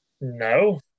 No